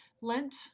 Lent